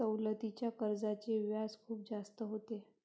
सवलतीच्या कर्जाचे व्याज खूप जास्त होते